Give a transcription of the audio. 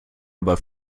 aber